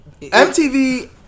MTV